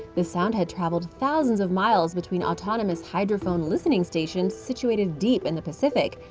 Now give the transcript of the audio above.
the sound had traveled thousands of miles between autonomous hydrophone listening stations situated deep in the pacific,